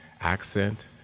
accent